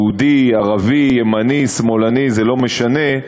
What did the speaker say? יהודי, ערבי, ימני, שמאלני, זה לא משנה,